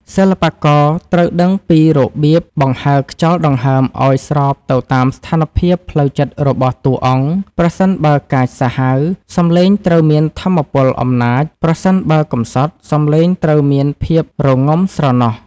សិល្បករត្រូវដឹងពីរបៀបបង្ហើរខ្យល់ដង្ហើមឱ្យស្របទៅតាមស្ថានភាពផ្លូវចិត្តរបស់តួអង្គ ប្រសិនបើកាចសាហាវ សំឡេងត្រូវមានថាមពលអំណាច ប្រសិនបើកំសត់ សំឡេងត្រូវមានភាពរងំស្រណោះ។